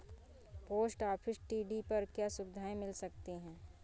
Post office TD पर क्या सुविधाएँ मिल सकती है?